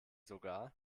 sogar